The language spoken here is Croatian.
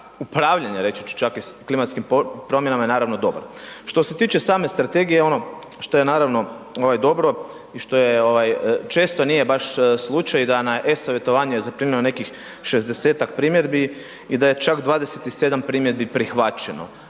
upravljanja, reći ću čak i klimatskim promjenama, je naravno dobar. Što se tiče same Strategije, ono što je naravno dobro i što je ovaj, često nije baš slučaj da na e-savjetovanje zaprimljeno je nekih 60-ak primjedbi, i da je čak 27 primjedbi prihvaćeno.